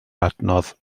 adnodd